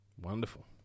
Wonderful